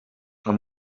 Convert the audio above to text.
amb